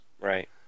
Right